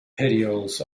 petioles